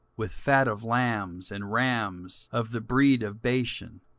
with fat of lambs, and rams of the breed of bashan,